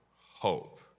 hope